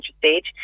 Stage